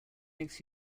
makes